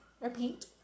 Repeat